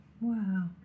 Wow